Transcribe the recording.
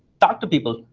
talk to people.